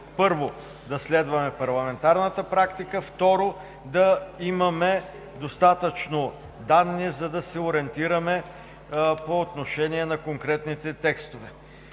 първо, да следваме парламентарната практика, второ – да имаме достатъчно данни, за да се ориентираме по отношение на конкретните текстове.